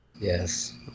Yes